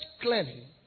clearly